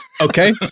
Okay